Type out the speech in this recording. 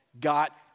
got